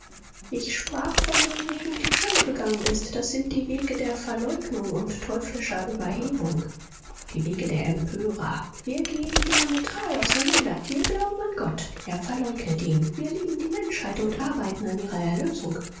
ich sprach von den wegen die yoe gegangen ist das sind die wege der verleugnung und teuflischer überhebung die wege der empörer wir gehen diametral auseinander wir glauben an gott er verleugnet ihn wir lieben die menschheit und arbeiten an ihrer erlösung